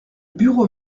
bureau